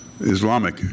Islamic